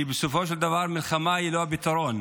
כי בסופו של דבר המלחמה אינה הפתרון.